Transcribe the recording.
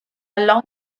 long